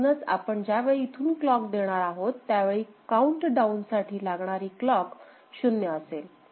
म्हणूनच आपण ज्या वेळी इथून क्लॉक देणार आहोत त्यावेळी काऊंटडाऊन साठी लागणारी क्लॉक शून्य असेल